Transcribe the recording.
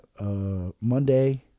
Monday